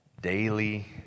daily